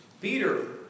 Peter